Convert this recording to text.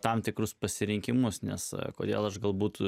tam tikrus pasirinkimus nes kodėl aš galbūt